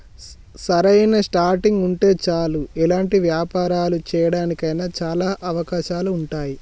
సరైన స్టార్టింగ్ ఉంటే చాలు ఎలాంటి వ్యాపారాలు చేయడానికి అయినా చాలా అవకాశాలు ఉంటాయి